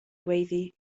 gweiddi